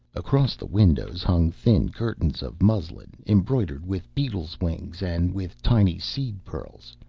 across the windows hung thin curtains of muslin embroidered with beetles' wings and with tiny seed-pearls,